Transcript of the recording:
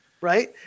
right